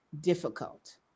difficult